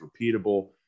repeatable